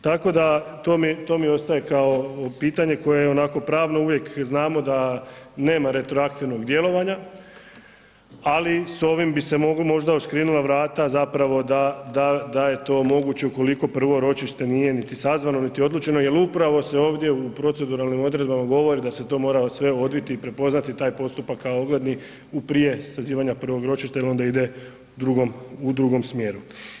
Tako da, to mi ostaje kao pitanje koje je onako pravno, uvijek znamo da nema retroaktivnog djelovanja ali s ovim bi se možda odškrinula vrata zapravo da je to moguće ukoliko prvo ročište nije niti sazvano niti odlučeno, jer upravo se ovdje u proceduralnim odredbama govori da se to mora sve odviti i prepoznati taj postupak kao ogledni u prije sazivanja prvog ročišta jer onda ide u drugom smjeru.